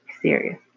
serious